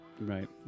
Right